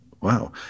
Wow